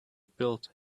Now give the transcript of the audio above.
build